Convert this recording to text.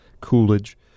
Coolidge